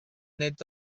nid